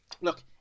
look